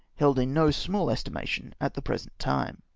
held in no small estimation at the present time.